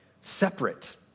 Separate